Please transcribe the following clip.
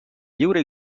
lliure